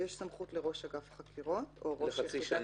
יש סמכות לראש אגף החקירות או ראש יחידת --- לחצי שנה.